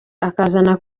akazana